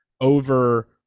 over